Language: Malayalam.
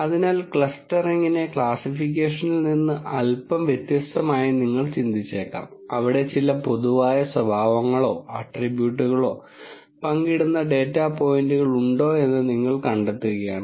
അതിനാൽ ക്ലസ്റ്ററിംഗിനെ ക്ലാസിഫിക്കേഷനിൽ നിന്ന് അൽപ്പം വ്യത്യസ്തമായി നിങ്ങൾ ചിന്തിച്ചേക്കാം അവിടെ ചില പൊതുവായ സ്വഭാവങ്ങളോ ആട്രിബ്യൂട്ടുകളോ പങ്കിടുന്ന ഡാറ്റ പോയിന്റുകൾ ഉണ്ടോ എന്ന് നിങ്ങൾ കണ്ടെത്തുകയാണ്